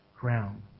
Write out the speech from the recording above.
ground